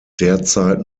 derzeit